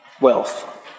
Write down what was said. wealth